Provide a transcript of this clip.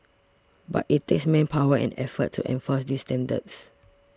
but it takes manpower and effort to enforce these standards